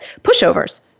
pushovers